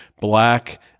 black